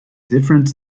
different